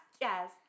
Yes